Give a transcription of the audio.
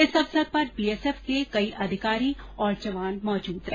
इस अवसर पर बीएसएफ के कई अधिकारी और जवान मौजूद रहे